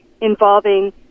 involving